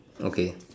okay